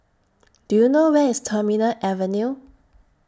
Do YOU know Where IS Terminal Avenue